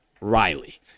riley